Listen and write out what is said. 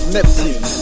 Neptune